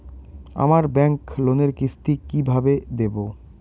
আমার ব্যাংক লোনের কিস্তি কি কিভাবে দেবো?